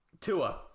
Tua